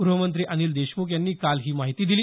गृहमंत्री अनिल देशमुख यांनी काल ही माहिती दिली